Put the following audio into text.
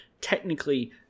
technically